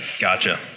Gotcha